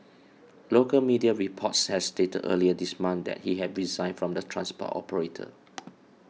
local media reports had stated earlier this month that he had resigned from the transport operator